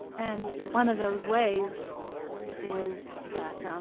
and one of those ways is that um